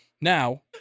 Now